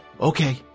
Okay